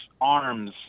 arms